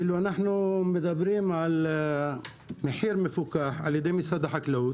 אנחנו מדברים על מחיר מפוקח על ידי משרד החקלאות,